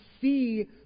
see